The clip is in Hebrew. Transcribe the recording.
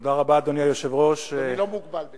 תודה רבה, אדוני היושב-ראש, אדוני לא מוגבל בזמן.